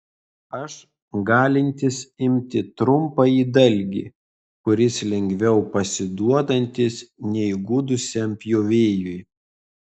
aš galintis imti trumpąjį dalgį kuris lengviau pasiduodantis neįgudusiam pjovėjui